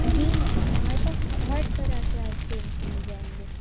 जी ma'am हमारे पास हर तरह के आइस क्रीमस मिल जाएंगे